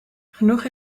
genoeg